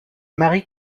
marie